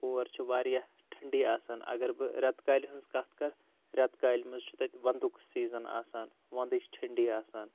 اور چھِ واریاہ ٹھنڈی آسان اگر بہٕ رٮ۪تہٕ کالہِ ہٕنٛز کتھ کرٕ رٮ۪تہٕ کالہِ منٛز چھُ تتہِ ونٛدُک سیزن آسان ونٛدٕچ ٹھنٛڈی آسان